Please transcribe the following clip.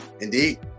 Indeed